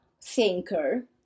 thinker